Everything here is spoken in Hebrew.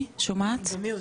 סליחה,